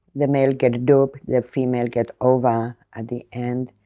the male get dub, the female get ova at the end.